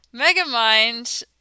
Megamind